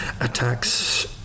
attacks